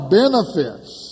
benefits